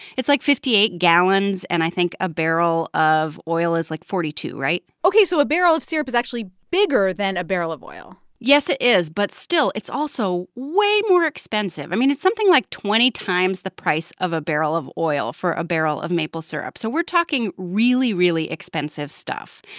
it's, like, fifty eight gallons. and i think a barrel of oil is, like, forty two, right? ok, so a barrel of syrup is actually bigger than a barrel of oil yes, it is. but still, it's also way more expensive. i mean, it's something like twenty times the price of a barrel of oil for a barrel of maple syrup, so we're talking really, really expensive stuff.